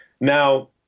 Now